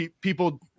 people